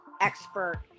expert